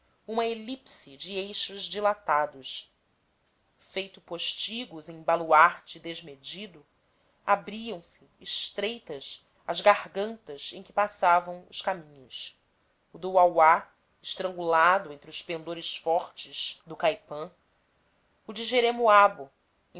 uma elipse de eixos dilatados feito postigos em baluarte desmedido abriam-se estreitas as gargantas em que passavam os caminhos o do uauá estrangulado entre os pendores fortes do caipã o de jeremoabo